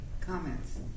comments